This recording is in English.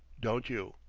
don't you?